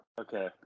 Okay